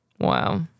Wow